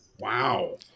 Wow